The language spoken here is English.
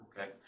Okay